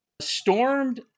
stormed